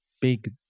big